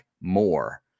more